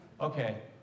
Okay